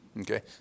Okay